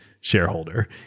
shareholder